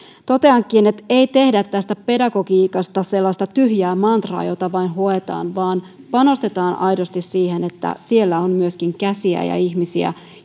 toteankin että ei tehdä tästä pedagogiikasta sellaista tyhjää mantraa jota vain hoetaan vaan panostetaan aidosti siihen että siellä on myöskin käsiä sylejä ja ihmisiä